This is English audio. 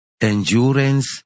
endurance